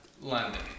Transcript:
London